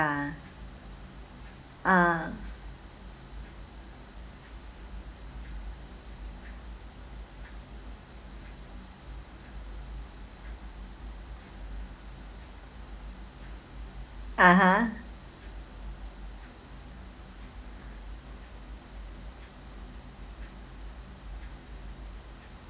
ah (uh huh)